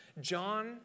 John